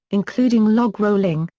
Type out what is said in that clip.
including log rolling,